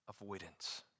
avoidance